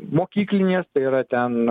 mokyklinės tai yra ten